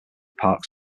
parks